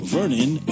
Vernon